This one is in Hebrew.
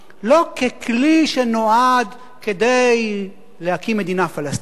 לא ככלי שנועד להקים מדינה פלסטינית,